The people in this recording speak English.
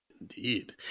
Indeed